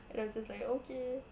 and I'm just like okay